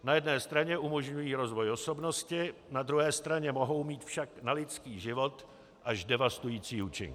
Na jedné straně umožňují rozvoj osobnosti, na druhé straně mohou mít však na lidský život až devastující účinky.